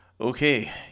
Okay